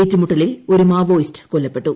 ഏറ്റുമുട്ടലിൽ ഒരു മാവോയിസ്റ്റ് കൊല്ലപ്പെട്ടു